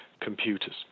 computers